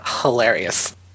hilarious